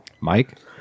Mike